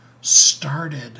started